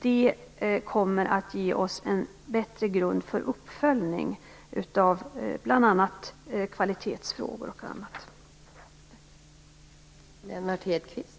Det kommer att ge oss en bättre grund för uppföljning av bl.a. kvalitetsfrågor och annat.